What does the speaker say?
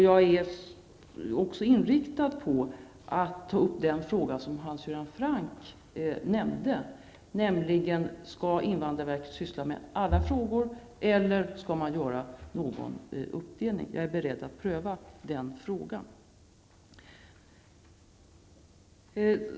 Jag är också inriktad på att ta upp den fråga som Hans Göran Franck nämnde, nämligen om invandrarverket skall syssla med alla frågor eller om man skall göra någon uppdelning. Jag är beredd att pröva den frågan.